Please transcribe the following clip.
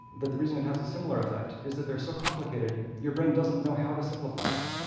that the reason it has a similar effect is that they're so complicated, your brain doesn't know how to simplify them.